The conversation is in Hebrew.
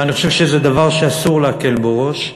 ואני חושב שזה דבר שאסור להקל בו ראש.